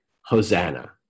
hosanna